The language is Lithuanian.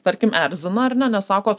tarkim erzina ar ne nes sako